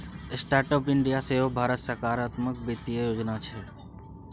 startup India सेहो भारत सरकारक बित्तीय योजना छै